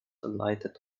enlightened